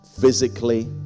physically